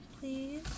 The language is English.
Please